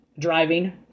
Driving